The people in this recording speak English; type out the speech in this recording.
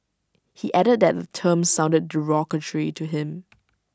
he added that term sounded derogatory to him